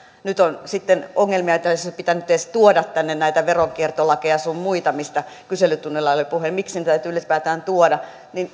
nyt on sitten ongelmia joita ei olisi pitänyt edes tuoda tänne näitä veronkiertolakeja sun muita mistä kyselytunnilla oli jo puhe miksi niitä täytyy ylipäänsä tuoda